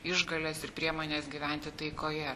išgales ir priemones gyventi taikoje